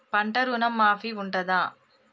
పంట ఋణం మాఫీ ఉంటదా?